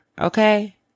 Okay